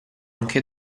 anche